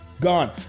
gone